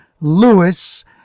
lewis